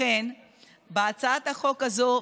לכן בהצעת החוק הזו,